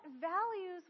values